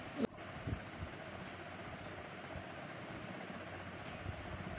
వరి లో బ్యాక్టీరియల్ తెగులు లక్షణాలు ఏంటి? దాని నివారణ ఏంటి?